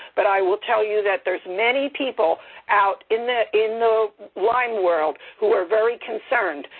but i will tell you that there's many people out in the in the lyme world who are very concerned.